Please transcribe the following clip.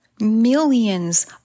millions